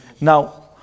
Now